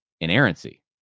inerrancy